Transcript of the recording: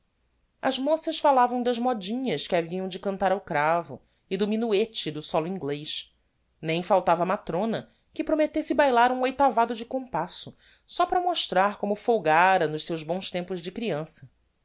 as moças fallavam das modinhas que haviam de cantar ao cravo e do minuete e do solo inglez nem faltava matrona que promettesse bailar um oitavado de compasso só para mostrar como folgára nos seus bons tempos de criança